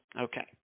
Okay